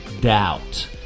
doubt